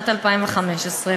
חברת הכנסת זהבה גלאון, בבקשה.